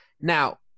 Now